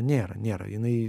nėra nėra jinai